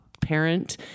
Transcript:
parent